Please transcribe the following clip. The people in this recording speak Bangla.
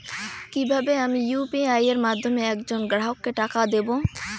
কিভাবে আমি ইউ.পি.আই এর মাধ্যমে এক জন গ্রাহককে টাকা দেবো?